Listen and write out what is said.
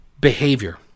behavior